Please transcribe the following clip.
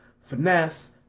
finesse